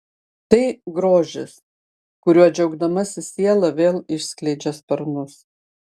tai grožis kuriuo džiaugdamasi siela vėl išskleidžia sparnus